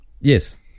Yes